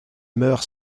meurt